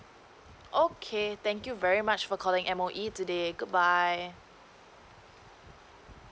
okay thank you very much for calling M_O_E today good bye